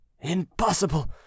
Impossible